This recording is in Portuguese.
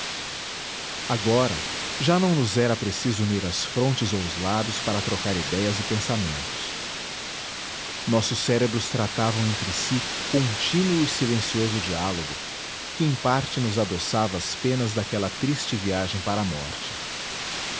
agora já não nos era preciso unir as frontes ou os lábios para trocar idéias e pensamentos nossos cérebros travavam entre si contínuo e silencioso diálogo que em parte nos adoçava as penas daquela triste viagem para a morte